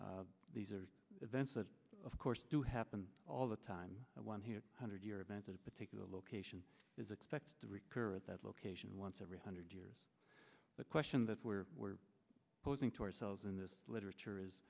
these are events that of course do happen all the time one here hundred year event a particular location is expected to recur at that location once every hundred years the question that we're we're posing to ourselves in this literature is